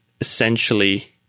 essentially